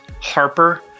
Harper